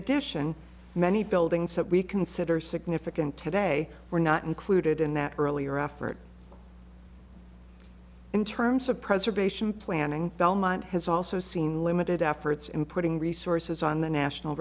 addition many buildings that we consider significant today were not included in that earlier effort in terms of preservation planning belmont has also seen limited efforts in putting resources on the national